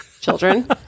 children